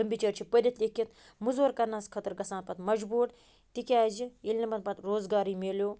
تِم بِچٲرۍ چھِ پٔرِتھ لیٚکِتھ موٚزوٗرۍ کَرٕنَس خٲطرٕ گژھان پَتہٕ مجبوٗر تِکیٛازِ ییٚلہِ نہٕ یِمَن پَتہٕ روزگارٕے مِلیو